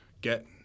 get